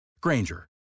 Granger